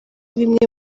bimwe